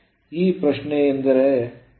ಈಗ ಪ್ರಶ್ನೆ ಯೆಂದರೆ n ಮತ್ತು ns ಎಂದರೇನು